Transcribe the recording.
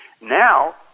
Now